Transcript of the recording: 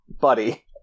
buddy